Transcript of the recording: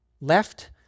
left